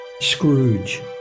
Scrooge